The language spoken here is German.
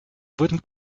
wurden